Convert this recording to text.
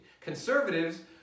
Conservatives